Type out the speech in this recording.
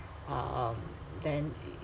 uh um then it